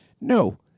No